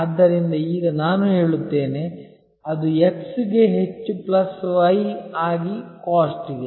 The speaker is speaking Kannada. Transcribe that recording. ಆದ್ದರಿಂದ ಈಗ ನಾನು ಹೇಳುತ್ತೇನೆ ಅದು x ಗೆ ಹೆಚ್ಚು ಪ್ಲಸ್ ವೈ ಆಗಿ COST ಗೆ